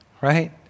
right